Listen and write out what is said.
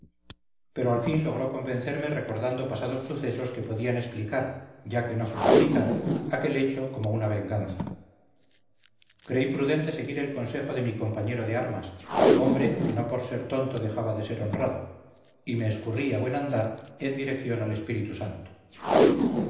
pero al fin logró convencerme recordando pasados sucesos que podían explicar ya que no justificar aquel hecho como una venganza creí prudente seguir el consejo de mi compañero de armas hombre que no por ser tonto dejaba de ser honrado y me escurrí a buen andar en dirección al espíritu santo